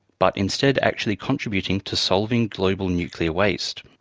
but instead actually contributing to solving global nuclear waste.